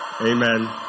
Amen